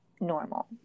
normal